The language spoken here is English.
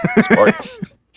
Sports